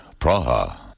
Praha